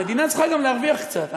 המדינה צריכה גם להרוויח קצת,